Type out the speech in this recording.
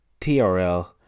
TRL